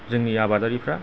जोंनि आबादारिफ्रा